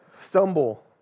stumble